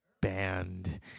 band